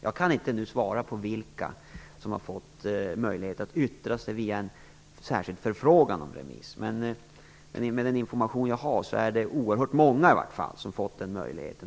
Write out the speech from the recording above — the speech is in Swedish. Jag kan inte nu svara på frågan om vilka som har fått möjlighet att yttra sig via en särskild förfrågan om remiss. Men enligt den information som jag har är det i alla fall oerhört många som har fått den möjligheten.